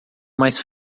mais